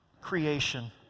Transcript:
creation